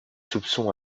soupçons